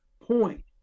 point